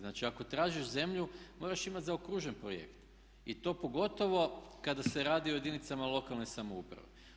Znači ako tražiš zemlju moraš imati zaokružen projekt i to pogotovo kada se radi o jedinicama lokalne samouprave.